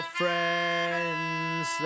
friends